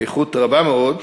איכות רבה מאוד,